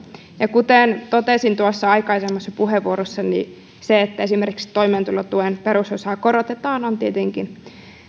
ja kuten totesin tuossa aikaisemmassa puheenvuorossani niin se että esimerkiksi toimeentulotuen perusosaa korotetaan on tietenkin